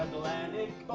atlantic